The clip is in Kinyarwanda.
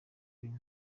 bine